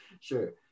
sure